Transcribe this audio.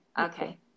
Okay